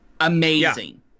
Amazing